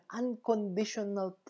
unconditional